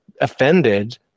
offended